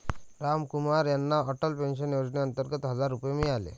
रामकुमार यांना अटल पेन्शन योजनेअंतर्गत हजार रुपये मिळाले